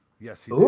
Yes